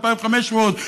2,500,